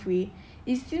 buy one like